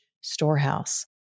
storehouse